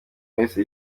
wese